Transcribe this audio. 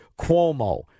Cuomo